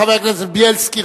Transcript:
חבר הכנסת בילסקי,